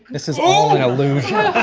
this is all an illusion.